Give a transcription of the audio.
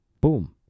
Boom